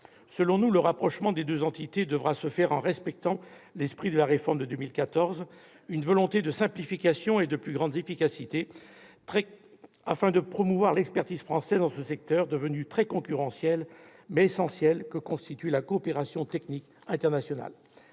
Selon nous, le rapprochement des deux entités devra se faire en respectant l'esprit de la réforme de 2014, une volonté de simplification et de plus grande efficacité, afin de promouvoir l'expertise française dans le secteur devenu très concurrentiel, mais essentiel, que constitue la coopération technique internationale.